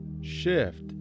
shift